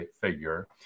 figure